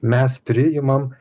mes priimam